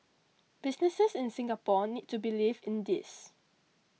businesses in Singapore need to believe in this